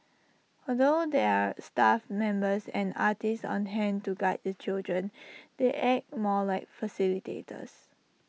although there are staff members and artists on hand to guide the children they act more as facilitators